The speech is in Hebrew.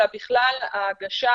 אלא בכלל ההגשה,